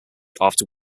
after